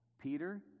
Peter